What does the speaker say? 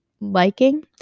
liking